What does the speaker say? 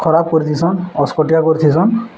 ଖରାପ କରିଥିସନ୍ ଅସ୍ଫଟିଆ କରିଥିସନ୍